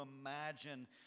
imagine